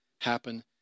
happen